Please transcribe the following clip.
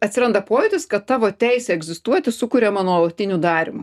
atsiranda pojūtis kad tavo teisė egzistuoti sukuriama nuolatiniu darymu